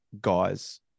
guys